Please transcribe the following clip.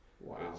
Wow